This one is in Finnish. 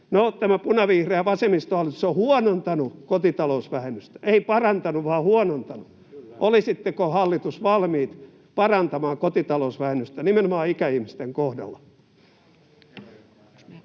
tämä punavihreä vasemmistohallitus on huonontanut kotitalousvähennystä — ei parantanut, vaan huonontanut. Olisitteko, hallitus, valmiit parantamaan kotitalousvähennystä nimenomaan ikäihmisten kohdalla?